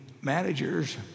managers